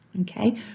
Okay